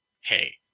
hey